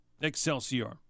Excelsior